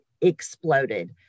exploded